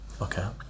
okay